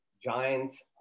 Giants